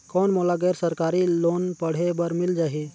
कौन मोला गैर सरकारी लोन पढ़े बर मिल जाहि?